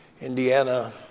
Indiana